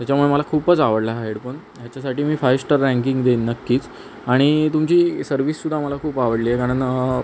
त्याच्यामुळे मला खूपच आवडला आहे हा हेडफोन ह्याच्यासाठी मी फाईव स्टार रँकिंग देईन नक्कीच आणि तुमची सर्विससुद्धा मला खूप आवडली आहे कारण